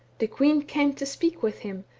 the queen came to speak with him,